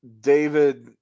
David